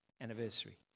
anniversary